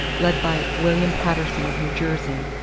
led by william paterson of new jersey,